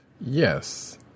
Yes